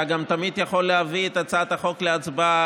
אתה גם תמיד יכול להביא את הצעת החוק להצבעה,